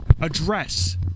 address